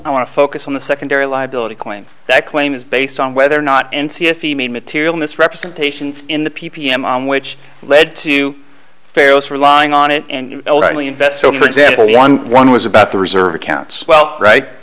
to focus on the secondary liability claim that claim is based on whether or not and see if he made material misrepresentations in the p p m on which led to pharaohs relying on it and elderly invest so for example one one was about the reserve accounts well right